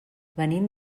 venim